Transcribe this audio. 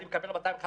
אני מקבל 250 שקל.